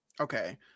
Okay